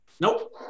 nope